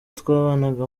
twabanaga